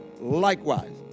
likewise